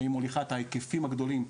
שהיא מוליכה את ההיקפים הגדולים,